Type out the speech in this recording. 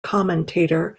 commentator